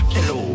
Hello